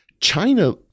China